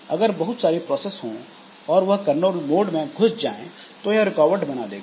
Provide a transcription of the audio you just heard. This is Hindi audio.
अगर बहुत सारी प्रोसेस हों और वह कर्नल मोड में घुस जाएँ तो यह रुकावट बना देगा